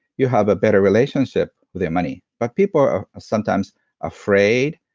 you have a better relationship with your money. but people are sometimes afraid.